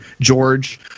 George